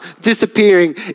disappearing